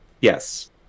Yes